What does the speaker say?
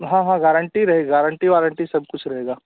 हाँ हाँ गारेंटी रहेगी गारंटी वारंटी सब कुछ रहेगी